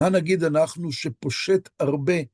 מה נגיד אנחנו שפושט הרבה?